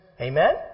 Amen